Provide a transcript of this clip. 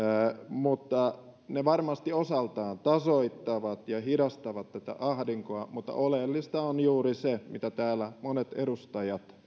ne varmasti osaltaan tasoittavat ja hidastavat tätä ahdinkoa mutta oleellista on juuri se mitä täällä monet edustajat